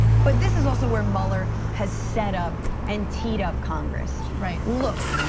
but this is also where mueller has set up and teed up congress. right look,